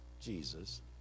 Jesus